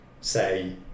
say